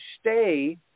stay